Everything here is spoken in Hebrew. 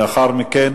לאחר מכן